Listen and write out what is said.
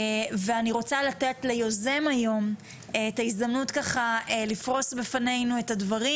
אני רוצה לתת ליוזם היום את ההזדמנות לפרוס בפנינו את הדברים.